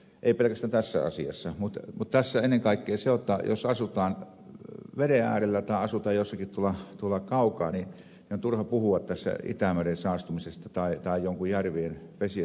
edellisen tässä asiassa mutta tässä ennen kaikkensa jotta jos asutaan veden äärellä tai asutaan jossakin tuolla kaukana niin on turha puhua tässä itämeren saastumisesta tai jostakin järvien vesien saastumisesta